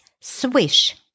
Swish